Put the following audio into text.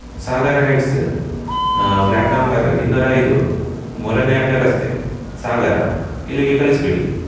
ಸಾಗರ heights flat number ಇನ್ನೂರ ಐದು ಮೂರನೇ ಅಡ್ಡ ರಸ್ತೆ ಸಾಗರ ಇಲ್ಲಿಗೆ ಕಳಿಸಿಬಿಡಿ